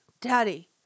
Daddy